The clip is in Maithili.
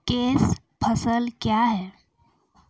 कैश फसल क्या हैं?